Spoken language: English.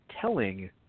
telling